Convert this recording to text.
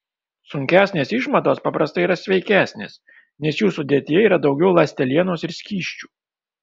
sunkesnės išmatos paprastai yra sveikesnės nes jų sudėtyje yra daugiau ląstelienos ir skysčių